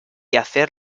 hacer